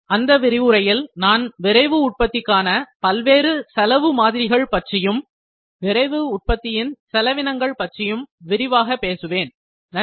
அந்த விரிவுரையில் நான் விரைவு உற்பத்திக்கான பல்வேறு செலவு மாதிரிகளை பற்றியும் விரைவு உற்பத்தியின் செலவினங்கள் பற்றியும் விரிவாக பேசுவேன் நன்றி